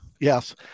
yes